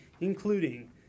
including